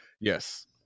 Yes